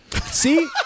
See